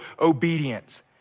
obedience